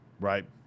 Right